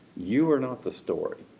you are not the story.